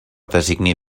designi